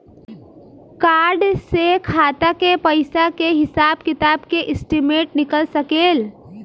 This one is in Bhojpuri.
कार्ड से खाता के पइसा के हिसाब किताब के स्टेटमेंट निकल सकेलऽ?